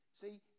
See